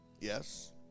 Yes